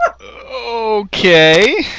okay